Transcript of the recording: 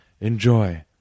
Enjoy